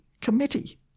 committee